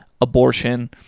abortion